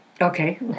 Okay